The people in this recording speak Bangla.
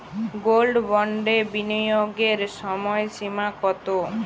গোল্ড বন্ডে বিনিয়োগের সময়সীমা কতো?